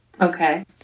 Okay